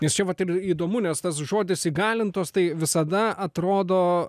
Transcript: nes čia vat ir įdomu nes tas žodis įgalintos tai visada atrodo